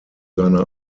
seiner